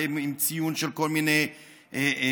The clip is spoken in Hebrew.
ועם ציון של כל מיני מקומות.